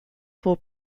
four